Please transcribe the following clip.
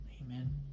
Amen